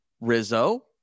Rizzo